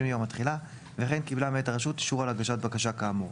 מיום התחילה וכן קיבלה מאת הרשות אישור על הגשת בקשה כאמור.